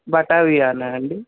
బత్తాయి ఇవ్వాలా అండి